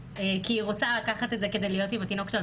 כי היא רוצה לקחת את זה כדי להיות עם התינוק שלה.